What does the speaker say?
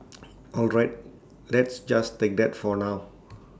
all right let's just take that for now